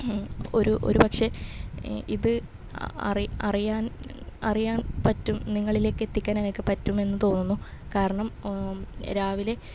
ഒരു ഒരു പക്ഷേ ഇത് അറി അറിയാൻ അറിയാൻ പറ്റും നിങ്ങളിലേക്കെത്തിക്കാനെനിക്ക് പറ്റുമെന്ന് തോന്നുന്നു കാരണം രാവിലെ